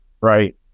right